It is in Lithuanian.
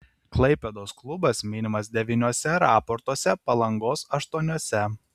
klaipėdos klubas minimas devyniuose raportuose palangos aštuoniuose